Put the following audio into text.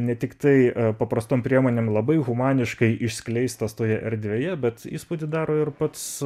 ne tiktai paprastom priemonėm labai humaniškai išskleistas toje erdvėje bet įspūdį daro ir pats